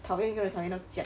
讨厌一个人讨厌到将